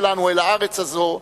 שלנו אל הארץ הזאת,